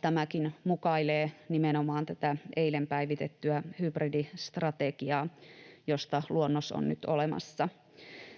tämäkin mukailee nimenomaan tätä eilen päivitettyä hybridistrategiaa, josta luonnos on nyt olemassa.